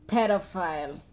Pedophile